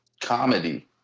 comedy